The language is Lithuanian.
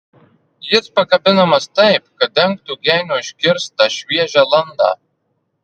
jis pakabinamas taip kad dengtų genio iškirstą šviežią landą